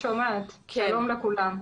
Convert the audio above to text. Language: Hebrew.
שלום לכולם.